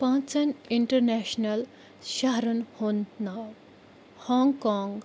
پانٛژن اِنٹرنیشنَل شہرن ہند ناو ہونگ کونگ